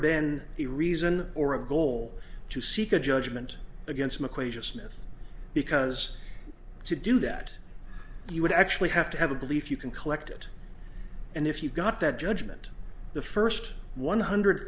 been a reason or a goal to seek a judgment against mcquay just myth because to do that you would actually have to have a belief you can collect it and if you got that judgment the first one hundred